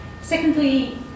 Secondly